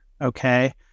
Okay